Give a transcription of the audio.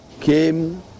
Came